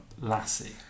Lassie